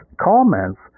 comments